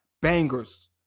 bangers